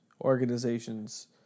organizations